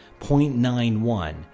0.91